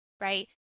right